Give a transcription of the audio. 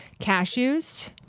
cashews